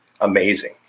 amazing